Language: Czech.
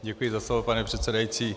Děkuji za slovo, pane předsedající.